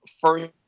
first